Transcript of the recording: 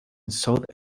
south